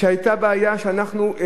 היתה בעיה שאנחנו,